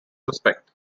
respect